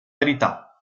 verità